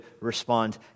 respond